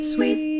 Sweet